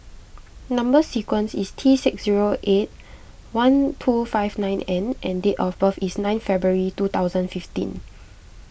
Number Sequence is T six zero eight one two five nine N and date of birth is nine February two thousand fifteen